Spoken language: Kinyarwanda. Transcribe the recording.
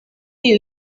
iyi